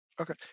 Okay